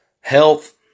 health